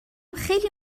خیلی